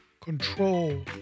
control